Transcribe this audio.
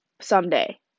someday